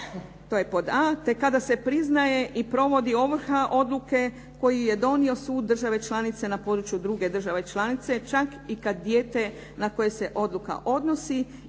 To je pod a, te kada se priznaje i provodi ovrha odluke koju je donio sud države članice na području druge države članice čak i kad dijete na koje se odluka odnosi